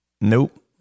Nope